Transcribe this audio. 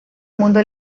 mundo